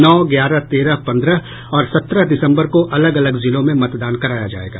नौ ग्यारह तेरह पंद्रह और सत्रह दिसम्बर को अलग अलग जिलों में मतदान कराया जायेगा